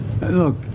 Look